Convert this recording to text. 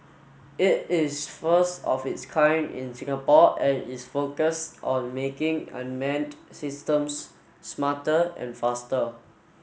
it is the first of its kind in Singapore and is focused on making unmanned systems smarter and faster